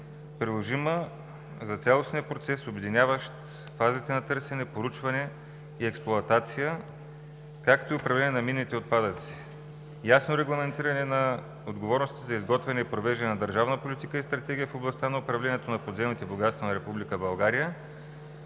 приложима за цялостния процес, обединяващ фазите на търсене, проучване и експлоатация, както и управление на минните отпадъци; ясно регламентиране на отговорностите за изготвяне и провеждане на държавната политика и стратегия в областта на управлението на подземните богатства на Република България,